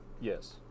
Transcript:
Yes